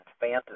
fantasy